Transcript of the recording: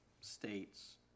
states